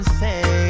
say